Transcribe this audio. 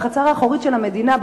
בחצר האחורית של המדינה,